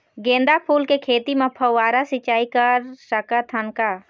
गेंदा फूल के खेती म फव्वारा सिचाई कर सकत हन का?